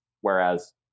Whereas